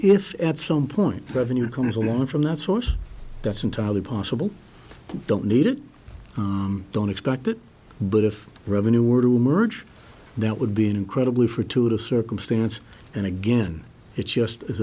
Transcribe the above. if at some point seven year comes along from that source that's entirely possible don't need it don't expect it but if revenue were to emerge that would be an incredibly for two to circumstance and again it just is